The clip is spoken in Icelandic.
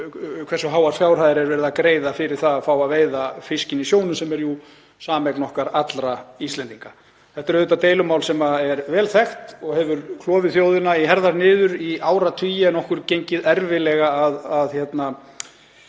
hversu háar fjárhæðir er verið að greiða fyrir að fá að veiða fiskinn í sjónum sem er sameign okkar Íslendinga allra. Þetta er deilumál sem er vel þekkt og hefur klofið þjóðina í herðar niður í áratugi en okkur gengið erfiðlega að finna